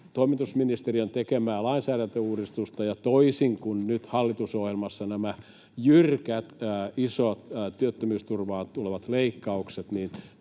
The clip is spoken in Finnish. toimitusministeristön tekemää lainsäädäntöuudistusta, ja — toisin kuin nyt hallitusohjelmassa nämä jyrkät, isot työttömyysturvaan tulevat leikkaukset —